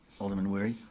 alderman wery?